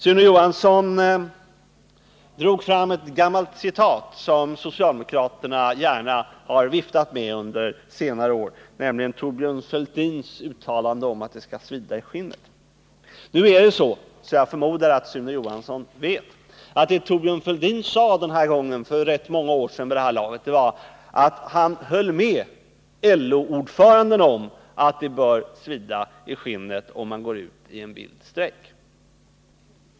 Sune Johansson drog fram ett gammalt citat, som socialdemokraterna gärna har viftat med under senare år, nämligen Thorbjörn Fälldins uttalande om att det skall svida i skinnet. Nu är det så — vilket jag förmodar att Sune Johansson vet — att det Thorbjörn Fälldin sade den där gången för rätt många år sedan var att han höll med LO-ordföranden om att det bör svida i skinnet om man går ut i en vild strejk.